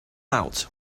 out